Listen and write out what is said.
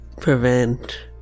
Prevent